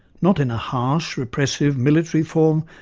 not in a harsh, repressive, military form,